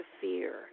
fear